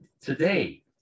Today